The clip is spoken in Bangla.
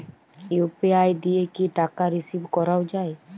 ইউ.পি.আই দিয়ে কি টাকা রিসিভ করাও য়ায়?